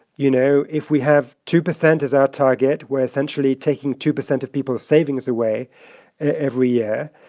you know, if we have two percent as our target, we're essentially taking two percent of people's savings away every year.